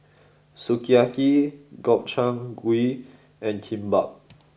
Sukiyaki Gobchang Gui and Kimbap